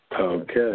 Okay